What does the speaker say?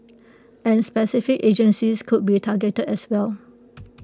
and specific agencies could be targeted as well